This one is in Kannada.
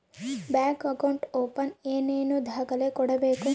ಬ್ಯಾಂಕ್ ಅಕೌಂಟ್ ಓಪನ್ ಏನೇನು ದಾಖಲೆ ಕೊಡಬೇಕು?